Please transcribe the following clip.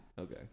Okay